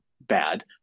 bad